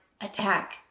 attack